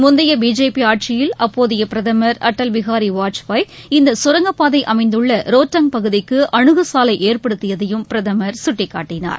முந்தைய பிஜேபி ஆட்சியில் அப்போதைய பிரதமர் அடல் பிஹாரி வாஜ்பாய் இந்த சுரங்கப்பாதை அமைந்துள்ள ரோத்தங் பகுதிக்கு அனுகுசாலை ஏற்படுத்தியதையும் பிரதமர் சுட்டிக்காட்டினார்